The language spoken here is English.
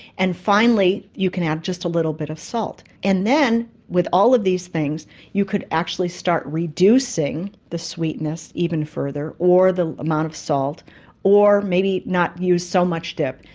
and finally you can add just a little bit of salt. and then with all of these things you could actually start reducing the sweetness even further or the amount of salt or maybe not use so much dip.